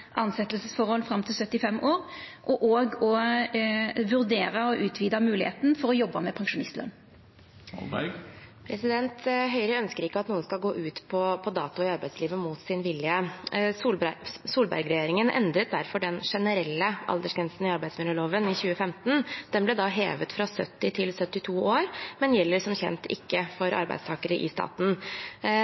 fram til 75 år, og å vurdera utviding av mogelegheitene for å jobba med pensjonistløn. Høyre ønsker ikke at noen skal gå ut på dato i arbeidslivet mot sin vilje. Solberg-regjeringen endret derfor den generelle aldersgrensen i arbeidsmiljøloven i 2015. Den ble da hevet fra 70 til 72 år, men gjelder som kjent ikke for arbeidstakere i staten.